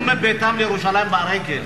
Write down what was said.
הם הלכו מביתם לירושלים ברגל,